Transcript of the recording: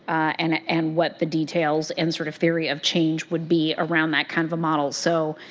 and ah and what the details and sort of theory of change would be around that kind of a model. so,